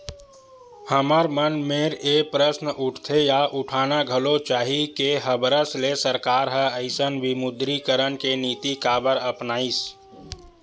हमर मन मेर ये प्रस्न उठथे या उठाना घलो चाही के हबरस ले सरकार ह अइसन विमुद्रीकरन के नीति काबर अपनाइस?